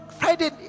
Friday